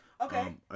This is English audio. Okay